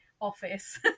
office